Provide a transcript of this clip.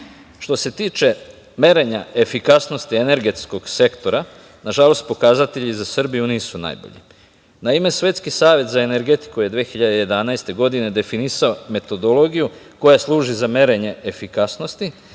Što se tiče merenja efikasnosti energetskog sektora, nažalost pokazatelji za Srbiju nisu najbolji. Naime Svetski savet za energetiku je 2011. godine definisao metodologiju koja služi za merenje efikasnosti